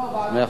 לא.